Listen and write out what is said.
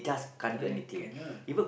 correct cannot